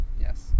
Yes